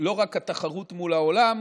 לא רק התחרות מול העולם,